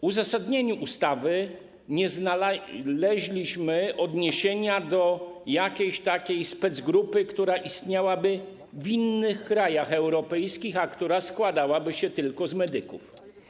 W uzasadnieniu ustawy nie znaleźliśmy odniesienia do jakiejś specgrupy, która istniałaby w innych krajach europejskich i która składałaby się tylko z medyków.